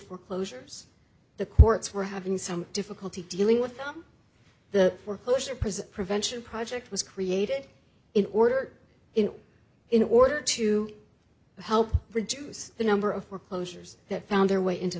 foreclosures the courts were having some difficulty dealing with the foreclosure present prevention project was created in order in in order to help reduce the number of foreclosures that found their way into